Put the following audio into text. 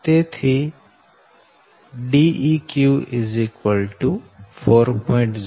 તેથી Deq 4